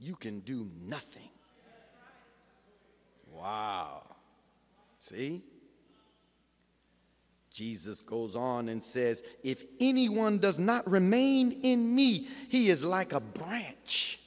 you can do nothing while jesus goes on and says if anyone does not remain in me he is like a branch